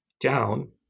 down